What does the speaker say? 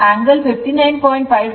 47 angle 59